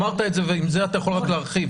אמרת את זה, אם אתה יכול רק להרחיב.